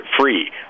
free